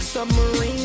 Submarine